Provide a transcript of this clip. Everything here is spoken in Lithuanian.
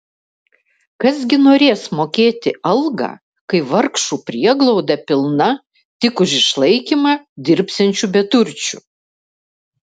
kas gi norės mokėti algą kai vargšų prieglauda pilna tik už išlaikymą dirbsiančių beturčių